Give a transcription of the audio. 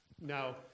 now